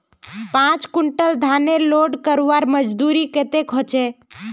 पाँच कुंटल धानेर लोड करवार मजदूरी कतेक होचए?